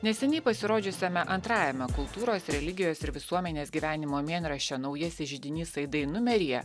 neseniai pasirodžiusiame antrajame kultūros religijos ir visuomenės gyvenimo mėnraščio naujasis židinys aidai numeryje